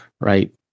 right